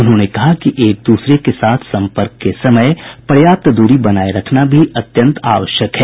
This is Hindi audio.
उन्होंने कहा कि एक दूसरे के साथ संपर्क के समय पर्याप्त दूरी बनाए रखना भी अत्यंत आवश्यक है